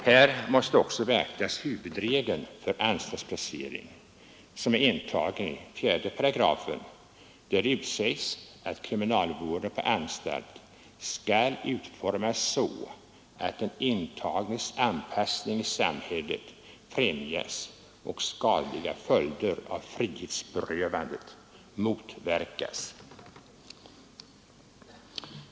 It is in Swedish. Här måste också beaktas huvudregeln för anstaltsplacering som är intagen i 4 §, där det utsägs att kriminalvården i anstalt skall utformas så att den intagnes anpassning i samhället främjas och skadliga följder av frihetsberövandet motverkas.